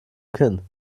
kinn